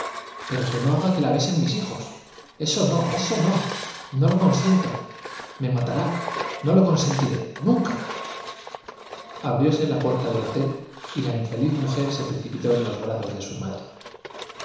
pero que no haga que la besen mis hijos j eso no j eso no j no lo consiento j me matará no lo consentiré j nunca abrióse la puerta del hotel y la infeliz mujer se precipitó en los brazos de su madre